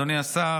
אדוני השר,